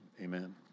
amen